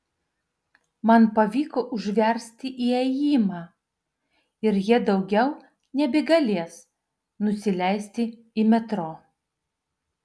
man pavyko užversti įėjimą ir jie daugiau nebegalės nusileisti į metro